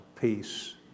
peace